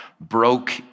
broke